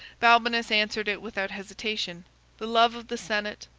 balbinus answered it without hesitation the love of the senate,